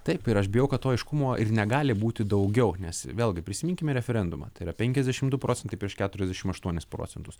taip ir aš bijau kad to aiškumo ir negali būti daugiau nes vėlgi prisiminkime referendumą tai yra penkiasdešim du procentai prieš keturiasdešim aštuonis procentus